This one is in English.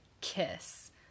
kiss